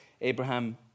Abraham